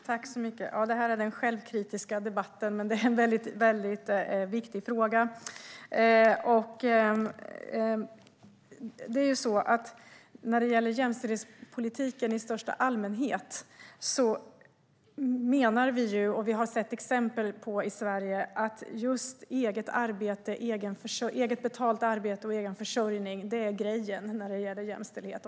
Fru ålderspresident! Det här är den självkritiska debatten, men det är en väldigt viktig fråga. När det gäller jämställdhetspolitiken i största allmänhet har vi i Sverige sett exempel på att just eget betalt arbete och egen försörjning är "grejen" i jämställdheten.